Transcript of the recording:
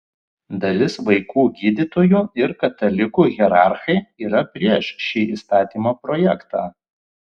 dalis vaikų gydytojų ir katalikų hierarchai yra prieš šį įstatymo projektą